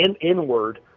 inward